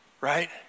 right